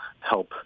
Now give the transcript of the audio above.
help